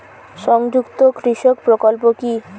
সংযুক্ত কৃষক প্রকল্প কি?